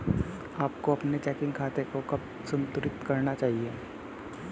आपको अपने चेकिंग खाते को कब संतुलित करना चाहिए?